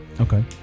Okay